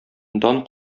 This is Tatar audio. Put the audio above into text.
дан